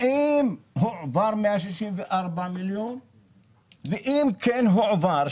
האם הועברו 164 מיליון שקלים ואם כן הועבר,